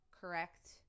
correct